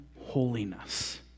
holiness